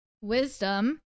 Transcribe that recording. Wisdom